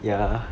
ya